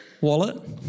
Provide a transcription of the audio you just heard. Wallet